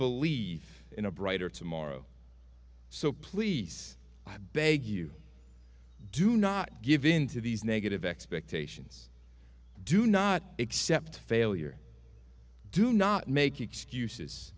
believe in a brighter tomorrow so please i beg you do not give in to these negative expectations do not accept failure do not make excuses